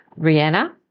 Rihanna